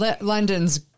London's